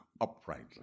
uprightly